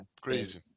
crazy